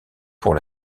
pour